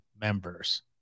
members